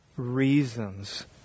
reasons